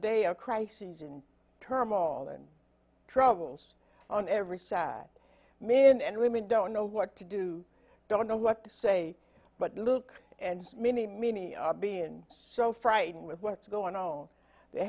day of crises and term all and troubles on every side men and women don't know what to do don't know what to say but look and many many are being so frightened with what's going on the